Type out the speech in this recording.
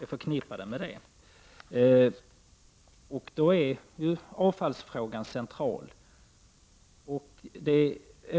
Då är avfallsfrågan central.